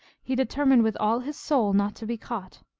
he determined with all his soul not to be caught,